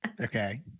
Okay